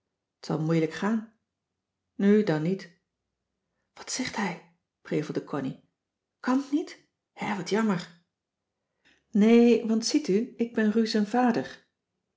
zal moeilijk gaan nu dan niet wat zegt hij prevelde connie kan t niet hè wat jammer nee want ziet u ik ben ru